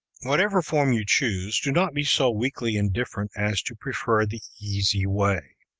whatever form you choose, do not be so weakly indifferent as to prefer the easy way